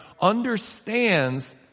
understands